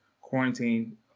quarantine